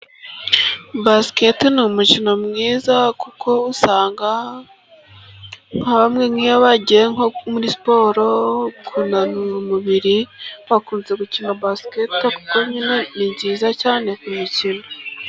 Basikete ni umukino mwiza, kuko usanga nka bamwe nk'iyo bagiye nko muri siporo kunanura umubiri, bakunze gukina basikete, kuko nyine ni nziza cyane kuyikina.